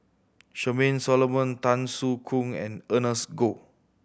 Charmaine Solomon Tan Soo Khoon and Ernest Goh